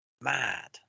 mad